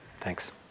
Thanks